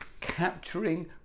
capturing